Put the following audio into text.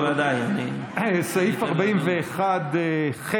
בוודאי, אני, סעיף 41(ח)